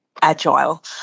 agile